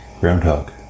groundhog